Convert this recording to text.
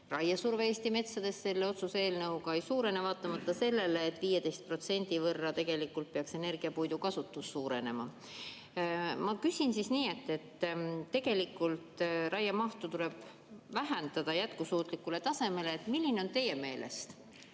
raiesurve Eesti metsades selle otsuse eelnõu kohaselt ei suurene, vaatamata sellele, et 15% võrra tegelikult peaks energiapuidu kasutus suurenema. Ma küsin siis nii. Tegelikult raiemahtu tuleb vähendada jätkusuutlikule tasemele. Milline on teie meelest